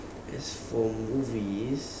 as for movies